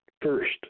first